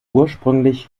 ursprünglich